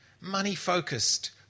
money-focused